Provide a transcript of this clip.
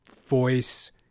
voice